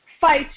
fight